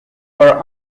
were